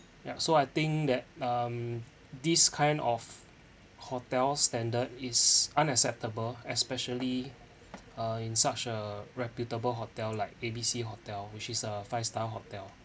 ya so I think that um this kind of hotel standard is unacceptable especially uh in such a reputable hotel like A B C hotel which is a five star hotel